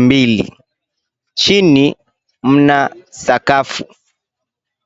mbili. Chini mna sakafu.